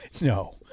no